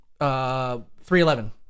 311